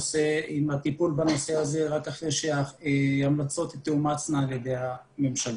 הטיפול בנושא הזה רק אחרי שההמלצות תאומצנה על ידי הממשלה.